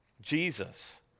Jesus